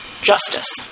justice